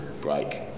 break